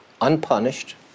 unpunished